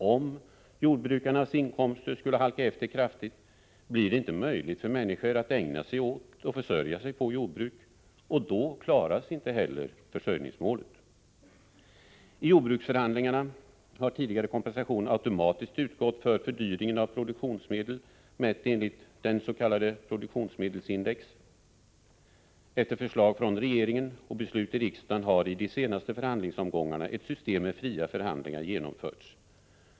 Om jordbrukarnas inkomster skulle halka efter kraftigt blir det inte möjligt för människor att ägna sig åt och försörja sig på jordbruk. Då klaras inte heller försörjningsmålet. I jordbruksförhandlingarna har kompensation tidigare automatiskt utgått för fördyringen av produktionsmedel, mätt enligt produktionsmedelsindex. Efter förslag från regeringen och beslut i riksdagen har i de senaste förhandlingsomgångarna ett system med fria förhandlingar genomförts.